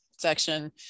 section